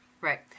Right